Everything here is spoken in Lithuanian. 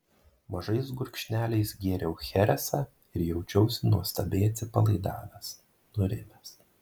mažais gurkšneliais gėriau cheresą ir jaučiausi nuostabiai atsipalaidavęs nurimęs